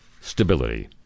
stability